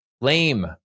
lame